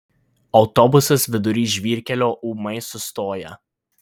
autobusas vidury žvyrkelio ūmai sustoja